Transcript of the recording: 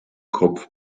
kopf